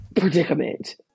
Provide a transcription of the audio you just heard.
predicament